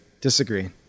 disagree